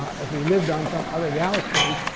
if we lived on some other galaxy,